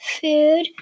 Food